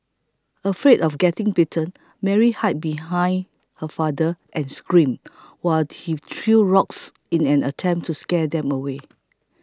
afraid of getting bitten Mary hid behind her father and screamed while he threw rocks in an attempt to scare them away